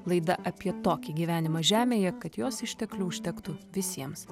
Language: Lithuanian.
laida apie tokį gyvenimą žemėje kad jos išteklių užtektų visiems